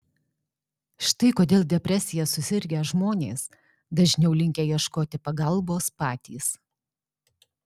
štai kodėl depresija susirgę žmonės dažniau linkę ieškoti pagalbos patys